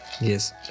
Yes